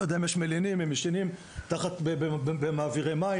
אני לא יודע אם מלינים וישנים ומעבירי מים.